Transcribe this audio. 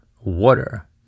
water